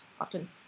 often